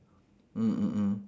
mm mm mm